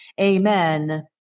amen